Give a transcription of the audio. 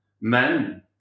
men